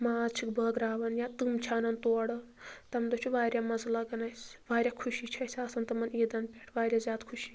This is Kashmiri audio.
ماز چھِکھ بٲگراوان یا تِم چھِ اَنان تورٕ تَمہِ دۄہ چھِ واریاہ مَزٕ لَگان اَسہِ واریاہ خوشی چھِ اَسہِ آسان تِمَن عیٖدَن پٮ۪ٹھ واریاہ زیادٕ خوشی